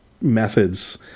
methods